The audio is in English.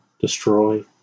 Destroy